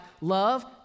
love